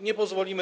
Nie pozwolimy.